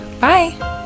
Bye